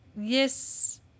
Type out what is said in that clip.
yes